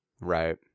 Right